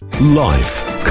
Life